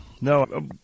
No